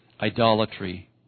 idolatry